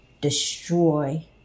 destroy